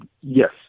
Yes